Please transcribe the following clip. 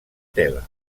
tela